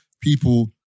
people